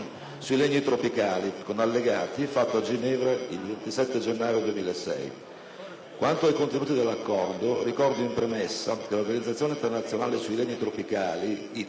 sui legni tropicali, con Allegati, fatto a Ginevra il 27 gennaio 2006. Quanto ai contenuti dell'Accordo, ricordo in premessa che l'Organizzazione internazionale sui legni tropicali